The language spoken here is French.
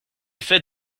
fait